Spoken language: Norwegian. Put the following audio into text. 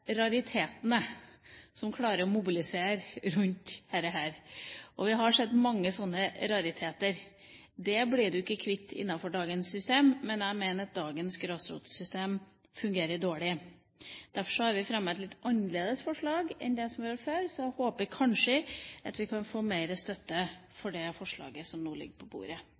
raritetene som klarer å mobilisere rundt dette. Vi har sett mange slike rariteter. Det blir du ikke kvitt innenfor dagens system, men jeg mener at dagens grasrotsystem fungerer dårlig. Derfor har vi fremmet et litt annerledes forslag enn det som har vært før, så jeg håper at vi kanskje kan få mer støtte for det forslaget som nå ligger på bordet.